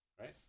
Right